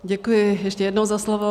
Děkuji ještě jednou za slovo.